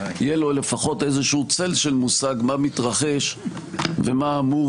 יהיה לו לפחות איזה צל של מושג מה מתרחש ומה אמור